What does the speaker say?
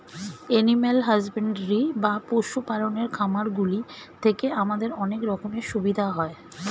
animal husbandry বা পশু পালনের খামারগুলি থেকে আমাদের অনেক রকমের সুবিধা হয়